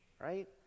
Right